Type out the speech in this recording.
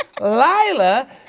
Lila